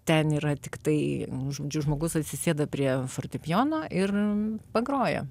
ten yra tiktai žodžiu žmogus atsisėda prie fortepijono ir pagroja